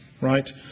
Right